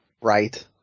Right